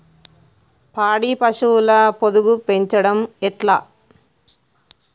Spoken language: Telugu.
పాడి పశువుల పొదుగు పెంచడం ఎట్లా?